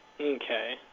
Okay